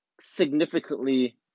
significantly